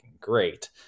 great